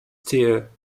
tear